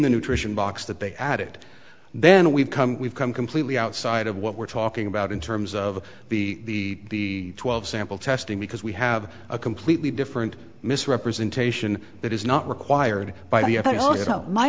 the nutrition box that they added then we've come we've come completely outside of what we're talking about in terms of the twelve sample testing because we have a completely different misrepresentation that is not required by